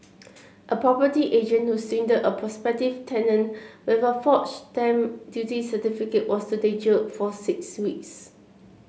a property agent who swindled a prospective tenant with a forged stamp duty certificate was today jailed for six weeks